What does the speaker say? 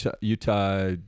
Utah